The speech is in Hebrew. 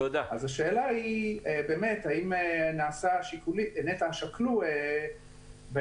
אז השאלה היא האם נעשו שיקולים ונת"ע שקלו באזורים